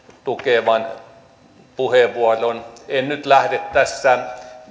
tukevan puheenvuoron en nyt lähde tässä